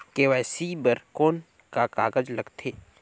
KYC बर कौन का कागजात लगथे?